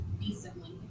decently